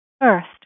First